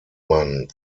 man